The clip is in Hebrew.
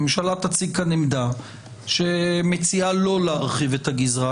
הממשלה תציג כאן עמדה שמציעה לא להרחיב את הגזרה,